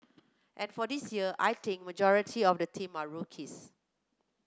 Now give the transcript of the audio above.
and for this year I think majority of the team are rookies